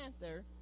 Panther